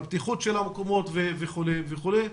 הבטיחות של המקומות וכולי וכולי.